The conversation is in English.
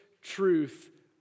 truth